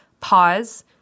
pause